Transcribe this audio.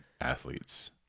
athletes